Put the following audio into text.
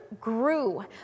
grew